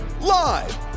live